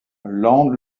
landes